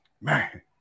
Man